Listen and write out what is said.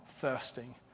thirsting